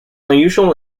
unusual